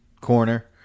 corner